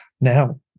Now